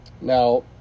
Now